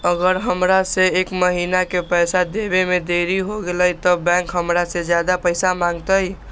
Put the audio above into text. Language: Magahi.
अगर हमरा से एक महीना के पैसा देवे में देरी होगलइ तब बैंक हमरा से ज्यादा पैसा मंगतइ?